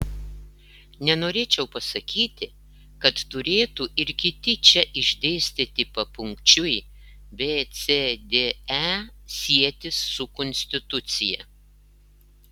nenorėčiau pasakyti kad turėtų ir kiti čia išdėstyti papunkčiui b c d e sietis su konstitucija